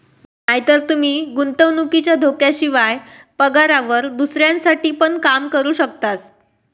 नायतर तूमी गुंतवणुकीच्या धोक्याशिवाय, पगारावर दुसऱ्यांसाठी पण काम करू शकतास